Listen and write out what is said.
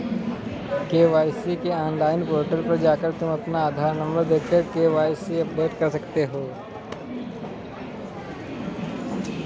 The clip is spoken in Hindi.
के.वाई.सी के ऑनलाइन पोर्टल पर जाकर तुम अपना आधार नंबर देकर के.वाय.सी अपडेट कर सकते हो